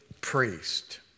priest